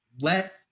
Let